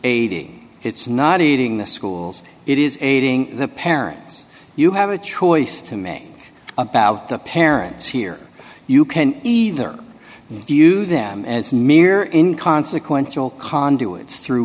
a it's not eating the schools it is aiding the parents you have a choice to make about the parents here you can either view them as mere in consequential conduit through